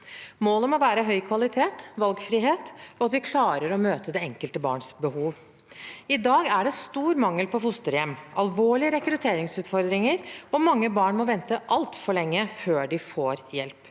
Målet må være høy kvalitet, valgfrihet og at vi klarer å møte det enkelte barns behov. I dag er det stor mangel på fosterhjem, alvorlige rekrutteringsutfordringer, og mange barn må vente altfor lenge før de får hjelp.